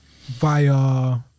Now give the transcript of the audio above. via